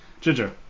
Ginger